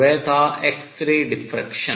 वह था X ray विवर्तन